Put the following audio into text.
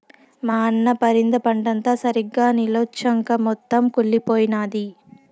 మా అన్న పరింద పంటంతా సరిగ్గా నిల్చొంచక మొత్తం కుళ్లిపోయినాది